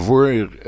Voor